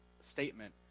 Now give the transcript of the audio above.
statement